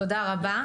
תודה רבה.